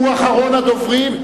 הוא אחרון הדוברים.